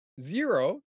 zero